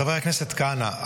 חבר הכנסת כהנא,